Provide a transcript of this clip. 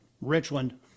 Richland